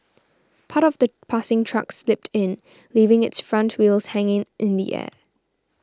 part of the passing truck slipped in leaving its front wheels hanging in the air